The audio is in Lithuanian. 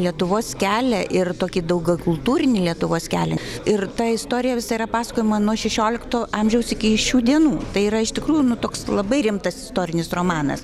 lietuvos kelią ir tokį daugiakultūrinį lietuvos kelią ir ta istorija visa yra paskojama nuo šešiolikto amžiaus iki šių dienų tai yra iš tikrųjų nu toks labai rimtas istorinis romanas